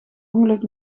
ongeluk